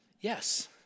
Yes